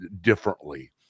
differently